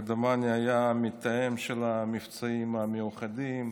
ודומני שהיה המתאם של המבצעים המיוחדים.